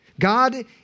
God